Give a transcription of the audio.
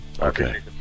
Okay